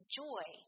joy